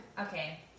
Okay